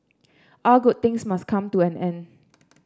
all good things must come to an end